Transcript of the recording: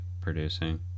producing